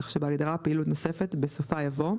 כך שבהגדרה "פעילות נוספת", בסופה יבוא: